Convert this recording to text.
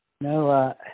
No